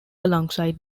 alongside